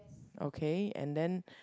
okay and then